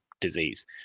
disease